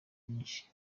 byinshi